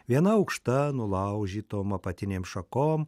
viena aukšta nulaužytom apatinėm šakom